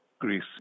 Greece